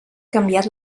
canviat